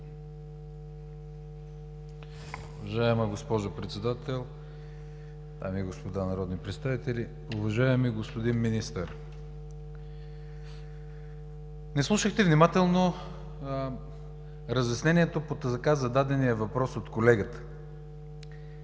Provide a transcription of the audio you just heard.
Уважаема госпожо Председател, дами и господа народни представители, уважаеми господин Министър! Не слушахте внимателно разяснението по така зададения въпрос от колегата